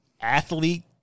athlete